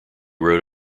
wrote